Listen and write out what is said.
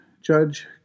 Judge